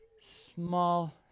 small